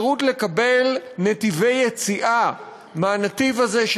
לקבל נתיבי יציאה מהנתיב הזה,